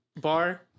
bar